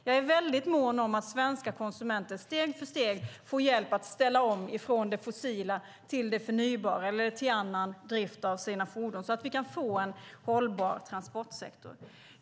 Jag är mån om att svenska konsumenter steg för steg får hjälp att ställa om från det fossila till det förnybara eller till annan drift av sina fordon så att vi kan få en hållbar transportsektor.